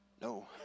No